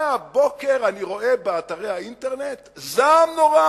מהבוקר אני רואה באתרי האינטרנט זעם נורא